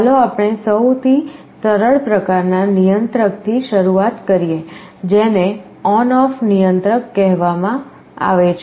ચાલો આપણે સૌથી સરળ પ્રકારના નિયંત્રકથી શરૂઆત કરીએ જેને ON OFF નિયંત્રક કહેવામાં આવે છે